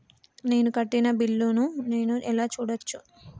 నేను కట్టిన బిల్లు ను నేను ఎలా చూడచ్చు?